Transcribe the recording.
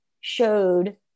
showed